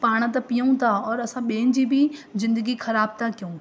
पाण त पीऊं था असां ॿियनि जी बि ज़िंदगी ख़राबु था कयूं